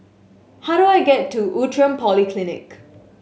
how do I get to Outram Polyclinic